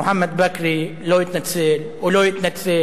מוחמד בכרי לא התנצל או לא יתנצל.